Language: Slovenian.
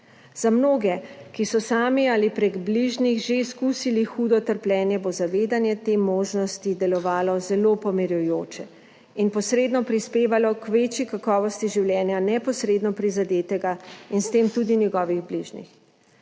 Za mnoge, ki so sami ali prek bližnjih že izkusili hudo trpljenje, bo zavedanje te možnosti delovalo zelo pomirjujoče in posredno prispevalo k večji kakovosti življenja neposredno prizadetega in s tem tudi njegovih bližnjih.